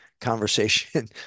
conversation